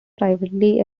privately